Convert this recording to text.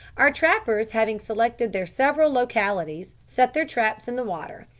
our trappers having selected their several localities, set their traps in the water,